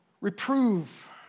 Reprove